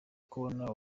kubona